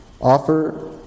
Offer